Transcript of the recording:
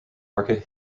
market